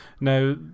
Now